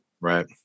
Right